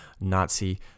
Nazi